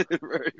Right